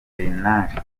bernard